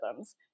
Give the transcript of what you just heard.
algorithms